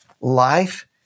life